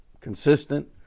consistent